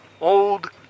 old